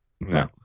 No